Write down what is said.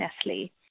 Nestle